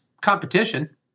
competition